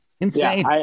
Insane